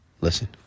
Listen